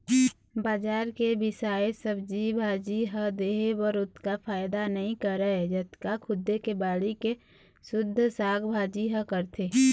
बजार के बिसाए सब्जी भाजी ह देहे बर ओतका फायदा नइ करय जतका खुदे के बाड़ी के सुद्ध साग भाजी ह करथे